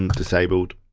and disabled.